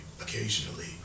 occasionally